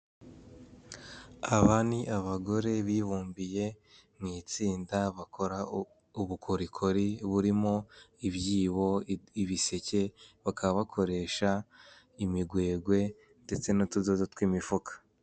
Aba ni abagore bibumbiye mu itsinda bakora ubukorikori, burimo ibyibo, ibiseke bakaba bakoresha imigwegwe ndetse n'utudodo tw'imifuka.